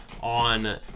on